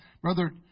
Brother